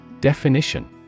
Definition